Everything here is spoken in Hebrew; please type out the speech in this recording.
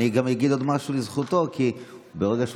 אני גם אגיד עוד משהו לזכותו כי ברגע שהוא